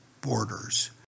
borders